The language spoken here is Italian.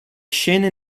scene